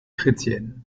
chrétienne